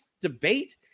Debate